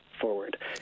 forward